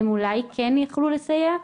הם אולי כן יכלו לסייע?